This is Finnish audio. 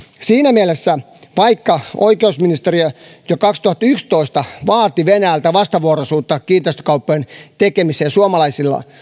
siinä mielessä vaikka oikeusministeriö jo kaksituhattayksitoista vaati venäjältä vastavuoroisuutta kiinteistökauppojen tekemiseen suomalaisille